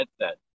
headset